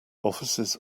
offices